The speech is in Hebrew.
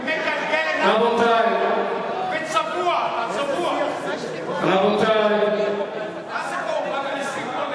מגלגל עיניים שכמוך, בקדימה כולם אשכנזים?